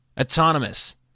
Autonomous